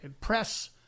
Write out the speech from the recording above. press